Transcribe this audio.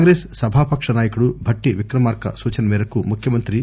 కాంగ్రెస్ సభాపక్ష నాయకుడు భట్టి విక్రమార్క సూచన మేరకు ముఖ్యమంత్రి కె